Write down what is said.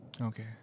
Okay